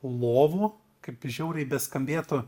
lovų kaip žiauriai beskambėtų